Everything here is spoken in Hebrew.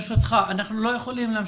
ברשותך, אנחנו לא יכולים להמשיך.